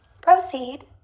Proceed